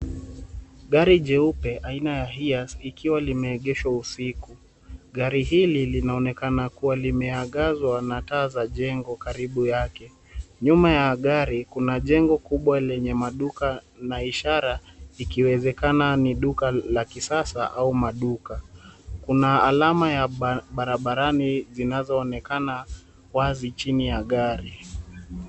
Gari nyeupe aina ya Hiace, ikiwa limeegeshwa usiku. Gari hili linaonekana kuwa limeangazwa na taa za jengo karibu yake. Nyuma ya gari kuna jengo kubwa lenye maduka na ishara, ikiwezekana ni duka la kisasa au maduka. Kuna alama ya barabarani zinazoonekana wazi chini ya gari.